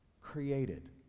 created